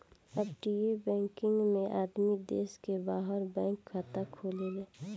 अपतटीय बैकिंग में आदमी देश के बाहर बैंक खाता खोलेले